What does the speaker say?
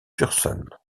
tursan